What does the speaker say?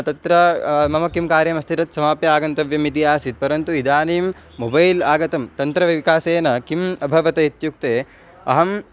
तत्र मम किं कार्यमस्ति तत् समाप्य आगन्तव्यम् इति आसीत् परन्तु इदानीं मोबैल् आगतं तन्त्रविकासेन किम् अभवत् इत्युक्ते अहम्